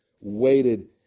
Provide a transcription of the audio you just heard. waited